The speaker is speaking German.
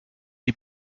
die